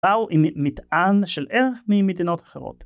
או עם מטען של ערך ממדינות אחרות.